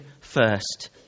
first